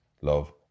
Love